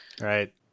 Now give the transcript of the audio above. Right